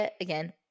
again